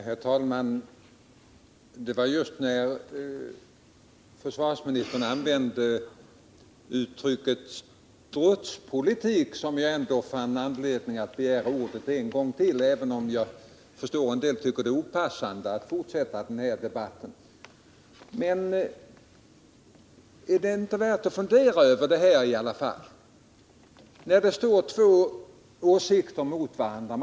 Herr talman! Det var just när försvarsministern använde uttrycket strutspolitik som jag fann anledning att begära ordet ytterligare en gång, även om jag förstår att somliga tycker att det är opassande att fortsätta den här debatten. Är det inte värt att fundera över det här i alla fall? Det står två åsikter mot varandra.